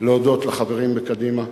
להודות לחברים בקדימה,